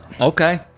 Okay